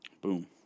boom